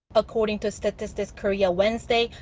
according to statistics korea wednesday,